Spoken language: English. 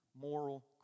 moral